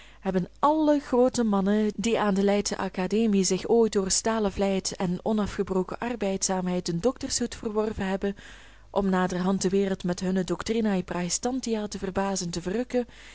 hebben alle groote mannen die aan de leidsche academie zich ooit door stalen vlijt en onafgebroken arbeidzaamheid den doctorshoed verworven hebben om naderhand de wereld met hunne doctrinae praestantia te verbazen en te verrukken